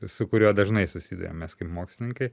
su kuriuo dažnai susiduriame mes kaip mokslininkai